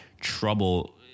trouble